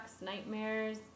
nightmares